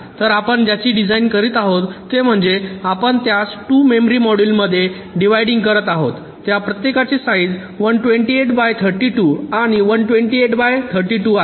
तर आपण ज्याची डिझाइन करीत आहोत ते म्हणजे आपण त्यास 2 मेमरी मॉड्यूलमध्ये डिव्हायडींग करीत आहोत त्या प्रत्येकाचे साइज 128 बाय 32 आणि 128 बाय 32 आहे